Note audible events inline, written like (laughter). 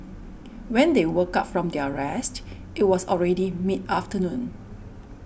(noise) when they woke up from their rest it was already mid afternoon